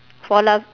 for la~